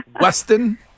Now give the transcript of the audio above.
Weston